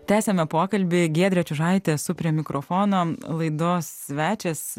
tęsiame pokalbį giedrė čiužaitė esu prie mikrofono laidos svečias